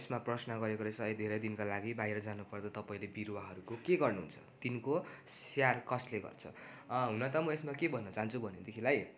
यसमा प्रश्न गरेको रहेछ है धेरै दिनको लागि बाहिर जानुपर्दा तपाईँले बिरुवाहरूको के गर्नुहुन्छ तिनको स्याहार कसले गर्छ हुन त म यसमा के भन्नु चाहन्छु भनेदेखिलाई